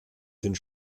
sind